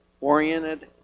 Oriented